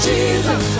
Jesus